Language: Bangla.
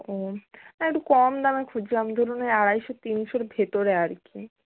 ও না একটু কম দামে খুঁজছিলাম ধরুন ওই আড়াইশো তিনশোর ভেতরে আর কি